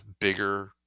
bigger